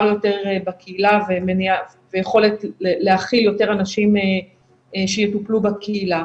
יותר בקהילה ויכולת להכיל יותר אנשים שיטופלו בקהילה.